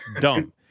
dumb